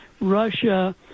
russia